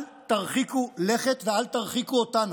על תרחיקו לכת ועל תרחיקו אותנו.